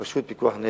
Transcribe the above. פשוט פיקוח נפש.